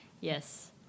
Yes